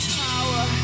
power